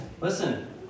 listen